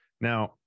Now